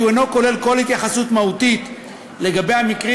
כי הוא אינו כולל כל התייחסות מהותית לגבי המקרים